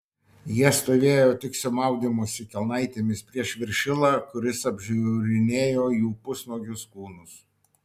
jie stovėjo tik su maudymosi kelnaitėmis prieš viršilą kuris apžiūrinėjo jų pusnuogius kūnus